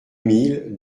mille